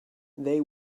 they